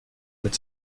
mit